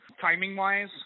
timing-wise